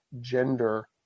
gender